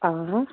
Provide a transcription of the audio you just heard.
آ